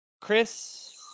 Chris